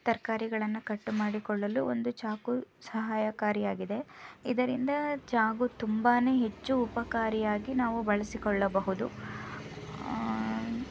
ತರಕಾರಿಗಳನ್ನು ಕಟ್ ಮಾಡಿಕೊಳ್ಳಲು ಒಂದು ಚಾಕು ಸಹಾಯಕಾರಿಯಾಗಿದೆ ಇದರಿಂದ ಚಾಕು ತುಂಬಾನೆ ಹೆಚ್ಚು ಉಪಕಾರಿಯಾಗಿ ನಾವು ಬಳಸಿಕೊಳ್ಳಬಹುದು